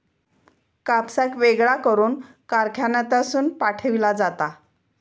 कापसाक वेगळा करून कारखान्यातसून पाठविला जाता